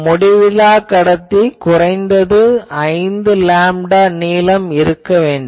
முடிவிலாக் கடத்தி குறைந்தது 5 லேம்டா நீளம் இருக்க வேண்டும்